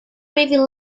may